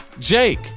Jake